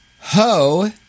ho